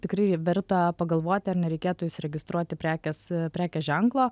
tikrai verta pagalvoti ar nereikėtų įsiregistruoti prekės prekės ženklo